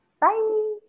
Bye